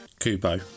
Kubo